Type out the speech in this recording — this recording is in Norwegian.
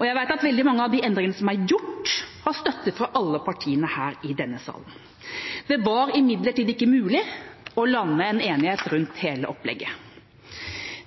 Og jeg vet at veldig mange av de endringene som er gjort, har støtte fra alle partiene her i denne salen. Det var imidlertid ikke mulig å lande en enighet rundt hele opplegget.